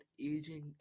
aging